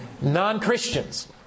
non-Christians